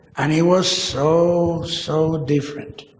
and it was so, so different.